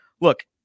look